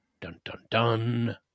Dun-dun-dun